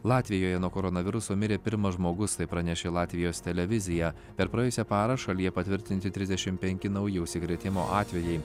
latvijoje nuo koronaviruso mirė pirmas žmogus tai pranešė latvijos televizija per praėjusią parą šalyje patvirtinti trisdešim penki nauji užsikrėtimo atvejai